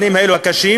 בתנאים האלה הקשים,